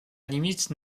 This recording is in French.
limite